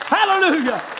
Hallelujah